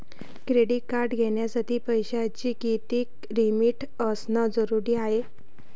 Credit card घ्यासाठी पैशाची कितीक लिमिट असनं जरुरीच हाय?